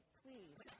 please